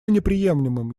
неприемлемым